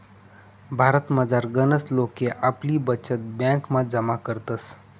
भारतमझार गनच लोके आपली बचत ब्यांकमा जमा करतस